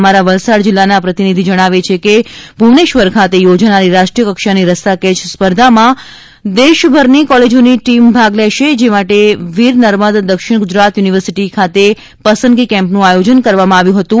અમારા વલસાડ જિલ્લાના પ્રતિનિધી જણાવે છે કે ભુવનેશ્વર ખાતે યોજાનારી રાષ્ટ્રીય કક્ષાની રસ્સા ખેંય સ્પર્ધામાં દેશભરની કોલેજોની ટીમ ભાગ લેશે જે માટે વીર નર્મદ દક્ષિણ ગુજરાત યુનિવર્સિટી ખાતે પસંદગી કેમ્પનું આયોજન કરવામાં આવ્યું હતું